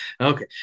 Okay